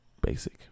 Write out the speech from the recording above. basic